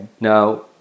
Now